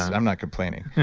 i'm not complaining.